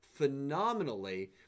phenomenally